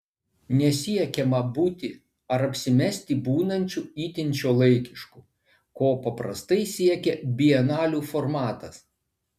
nesiekiama būti ar apsimesti būnančiu itin šiuolaikišku ko paprastai siekia bienalių formatas